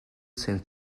since